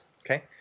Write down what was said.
Okay